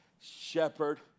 shepherd